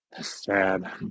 sad